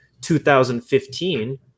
2015